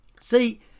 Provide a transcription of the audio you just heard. See